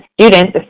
students